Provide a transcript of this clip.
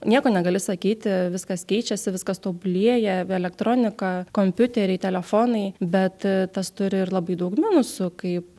nieko negali sakyti viskas keičiasi viskas tobulėja elektronika kompiuteriai telefonai bet tas turi ir labai daug minusų kaip